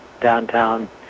downtown